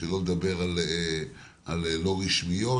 שלא לדבר על לא רשמיות.